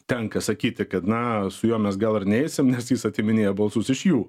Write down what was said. tenka sakyti kad na su juo mes gal ir neisim nes jis atiminėja balsus iš jų